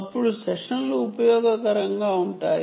అప్పుడు కూడా సెషన్లు ఉపయోగకరంగా ఉంటాయి